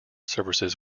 services